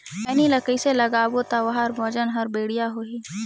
खैनी ला कइसे लगाबो ता ओहार वजन हर बेडिया होही?